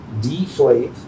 deflate